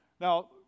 Now